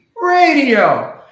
radio